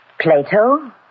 Plato